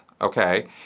okay